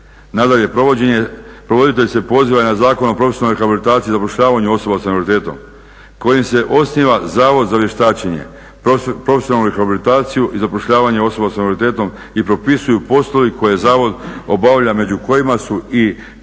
Nadalje, provoditelj se poziva i na Zakon o profesionalnoj rehabilitaciji i zapošljavanju osoba s invaliditetom kojim se osniva Zavod za vještačenje, profesionalnu rehabilitaciju i zapošljavanje osoba s invaliditetom i propisuju poslovi koje zavod obavlja među kojima su i